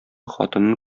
хатынын